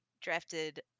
drafted